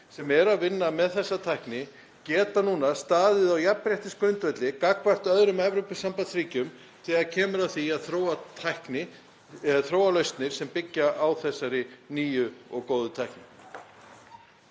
sem eru að vinna með þessa tækni, geta núna staðið á jafnréttisgrundvelli gagnvart öðrum Evrópusambandsríkjum þegar kemur að því að þróa lausnir sem byggja á þessari nýju og góðu tækni.